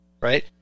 right